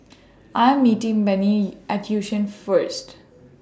I Am meeting Benny At Yishun First